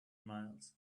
miles